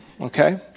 okay